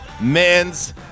men's